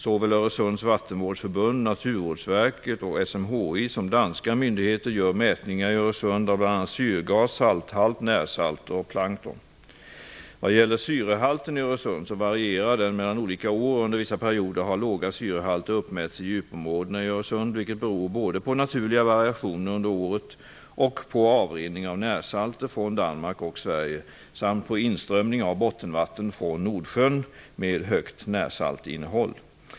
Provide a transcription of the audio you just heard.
Såväl Öresunds vattenvårdsförbund, Naturvårdsverket och SMHI som danska myndigheter gör mätningar i Öresund av bl.a. Vad gäller syrehalten i Öresund varierar den mellan olika år och under vissa perioder har låga syrehalter uppmätts i djupområdena i Öresund, vilket beror både på naturliga variationer under året och på avrinning av närsalter från Danmark och Sverige samt på inströmning av bottenvatten från Nordsjön med högt närsaltinnehåll.